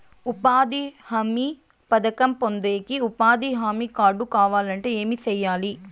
ఉపాధి హామీ పథకం పొందేకి ఉపాధి హామీ కార్డు కావాలంటే ఏమి సెయ్యాలి?